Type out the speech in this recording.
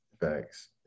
Thanks